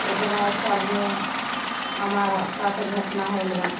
इतना एक सालमे हमरा साथ घटना होल रहै